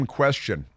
question